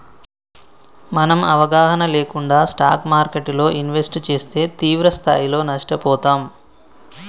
మనం అవగాహన లేకుండా స్టాక్ మార్కెట్టులో ఇన్వెస్ట్ చేస్తే తీవ్రస్థాయిలో నష్టపోతాం